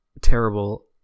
terrible